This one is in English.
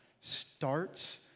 starts